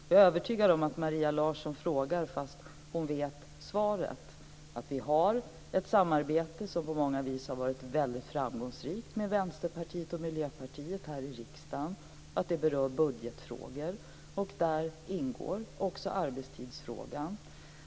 Jag är övertygad om att Maria Larsson frågar fast hon vet svaret, dvs. att vi har ett samarbete med Vänsterpartiet och Miljöpartiet här i riksdagen som på många vis har varit väldigt framgångsrikt, att det berör budgetfrågor och att där ingår också arbetstidsfrågan.